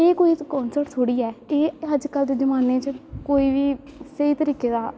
एह् कोई थोड़ी ऐ एह् अज कल दे जमाने च कोई बी स्हेई करीके दा